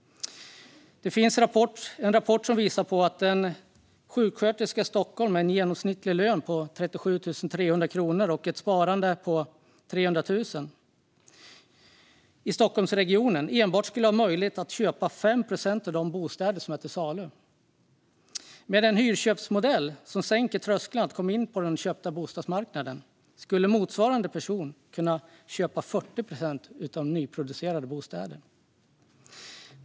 Det finns en rapport som visar att en sjuksköterska i Stockholm, med en genomsnittlig lön på 37 300 kronor och ett sparande på 300 000, enbart skulle ha möjlighet att köpa 5 procent av de bostäder som är till salu i Stockholmsregionen. Med en hyrköpsmodell som sänker trösklarna till bostadsmarknaden för ägda bostäder skulle motsvarande person kunna köpa 40 procent av nyproducerade bostäder.